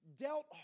dealt